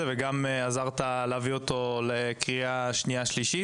וגם עזרת להביא אותו לקריאה שנייה ושלישית,